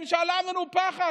ממשלה מנופחת.